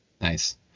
Nice